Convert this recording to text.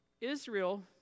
Israel